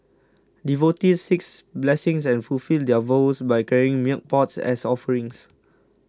devotees seek blessings and fulfil their vows by carrying milk pots as offerings